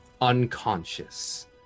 unconscious